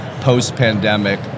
post-pandemic